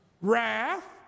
wrath